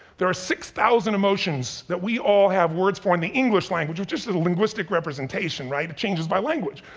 there are six thousand emotions that we all have words for in the english language which just is a linguistic representation, right? it changes by language.